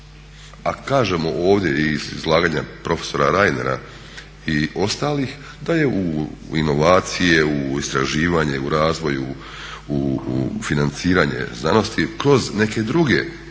a kažemo ovdje iz izlaganja profesora Reinera i ostalih da je u inovacije, u istraživanje, u razvoj, u financiranje znanosti kroz neke druge